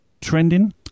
trending